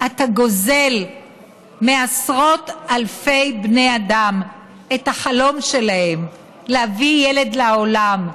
אתה גוזל מעשרות אלפי בני אדם את החלום שלהם להביא ילד לעולם,